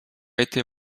été